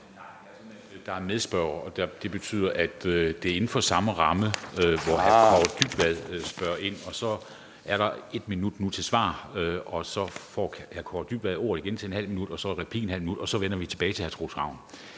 er en medspørger, og det betyder, at det er inden for samme ramme, at hr. Kaare Dybvad stillede spørgsmålet. Så er der 1 minut nu til svar, og så får hr. Kaare Dybvad ordet igen ½ minut, og så er der ½ minut til replik, og så vender vi tilbage til hr. Troels Ravn.